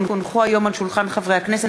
כי הונחו היום על שולחן הכנסת,